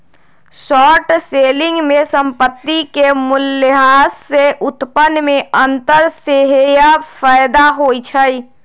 short selling में संपत्ति के मूल्यह्रास से उत्पन्न में अंतर सेहेय फयदा होइ छइ